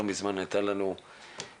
לא מזמן הייתה לנו פה,